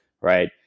right